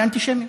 לאנטישמים.